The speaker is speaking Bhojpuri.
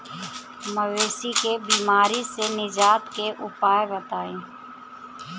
मवेशी के बिमारी से निजात के उपाय बताई?